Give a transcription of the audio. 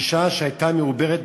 אישה שהייתה מעוברת,